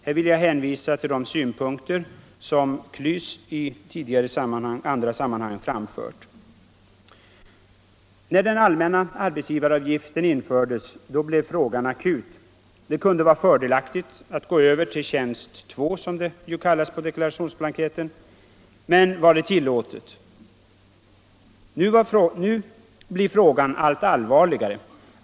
Här vill jag hänvisa till de synpunkter som KLYS i andra sammanhang har framfört. När allmän arbetsgivaravgift infördes blev frågan akut — det kunde vara fördelaktigt att gå över till ”tjänst 2” som det ju kallas på deklarationsblanketten, men var det tillåtet? Nu blir frågan allt allvarligare.